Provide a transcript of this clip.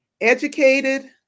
educated